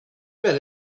bet